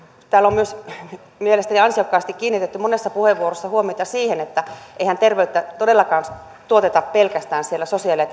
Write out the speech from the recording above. täällä on mielestäni ansiokkaasti kiinnitetty monessa puheenvuorossa huomiota myös siihen että eihän terveyttä todellakaan tuoteta pelkästään siellä sosiaali ja